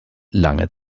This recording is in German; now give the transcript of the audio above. lange